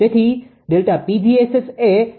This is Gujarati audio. તેથી ΔPg𝑆𝑆 એ 0